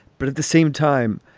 but at the same time,